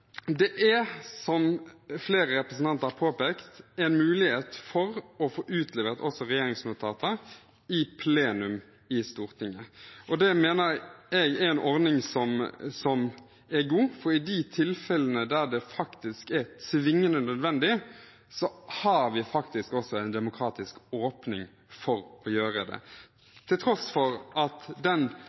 påpekt, en mulighet for å få utlevert regjeringsnotater gjennom vedtak i plenum i Stortinget. Det mener jeg er en ordning som er god, for i de tilfellene der det faktisk er tvingende nødvendig, har vi faktisk også en demokratisk åpning til å gjøre det. Til tross for at den